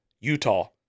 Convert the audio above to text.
Utah